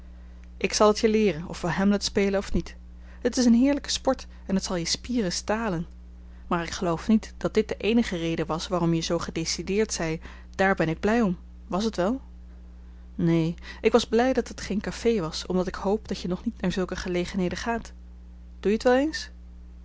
ik zal het je leeren of we hamlet spelen of niet het is een heerlijke sport en het zal je spieren stalen maar ik geloof niet dat dit de eenige reden was waarom je zoo gedecideerd zei daar ben ik blij om was het wel neen ik was blij dat het geen café was omdat ik hoop dat je nog niet naar zulke gelegenheden gaat doe je t wel eens